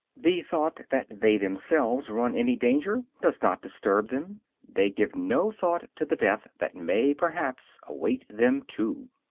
the thought that they themselves run any danger does not disturb them they give no thought to the death that may perhaps await them too.